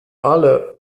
alle